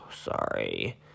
Sorry